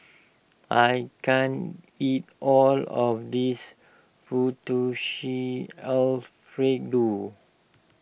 I can't eat all of this Fettuccine Alfredo